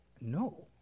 No